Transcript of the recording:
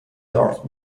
darth